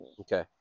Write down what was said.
Okay